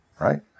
right